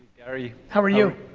gary. how are you?